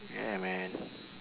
yeah man